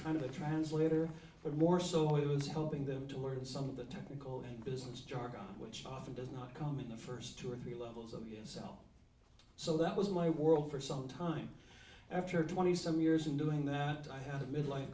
kind of a translator but more so he was helping them to learn some of the technical and business jargon which often does not come in the first two or three levels of e s l so that was my world for some time after twenty some years in doing that i had a mid life